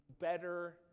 better